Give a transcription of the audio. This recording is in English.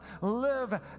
live